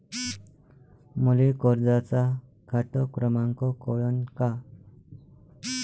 मले कर्जाचा खात क्रमांक कळन का?